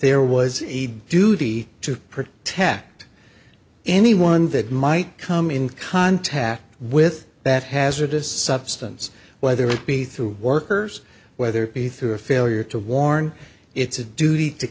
there was a duty to protect anyone that might come in contact with that hazardous substance whether it be through workers whether it be through a failure to warn it's a duty to